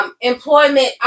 Employment